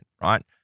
right